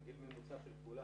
זה גיל ממוצע של כולם.